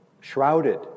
shrouded